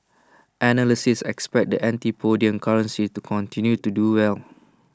analysts expect the antipodean currencies to continue to do well